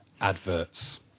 Adverts